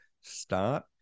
start